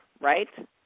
right